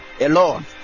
alone